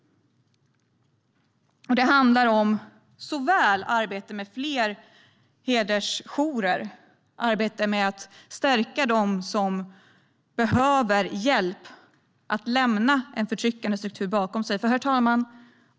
Det handlar om såväl arbete med fler hedersjourer som att stärka dem som behöver hjälp att lämna en förtryckande struktur bakom sig.